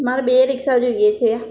મારે બે રિક્ષા જોઈએ છે